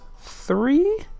three